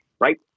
right